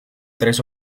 tres